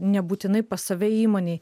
nebūtinai pas save įmonėj